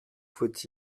faut